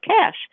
cash